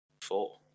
four